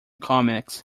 comics